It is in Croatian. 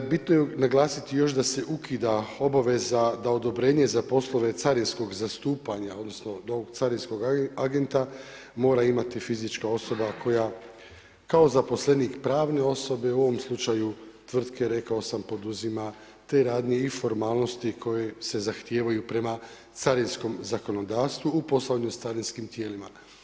Bitno je naglasiti još da se ukida obaveza da odobrenje za poslove carinskog zastupanja odnosno do ovog carinskog agenta mora imati fizička osoba koja kao zaposlenik pravne osobe u ovom slučaju tvrtke rekao sam poduzima te radnje i formalnosti koje se zahtijevaju prema carinskom zakonodavstvu u poslovnim carinskim tijelima.